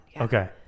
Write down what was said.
Okay